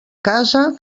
casa